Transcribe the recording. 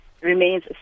remains